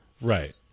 Right